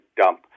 dump